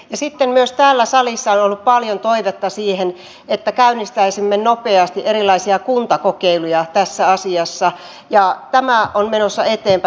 sitten myös täällä salissa on ollut paljon toivetta siitä että käynnistäisimme nopeasti erilaisia kuntakokeiluja tässä asiassa ja tämä on menossa eteenpäin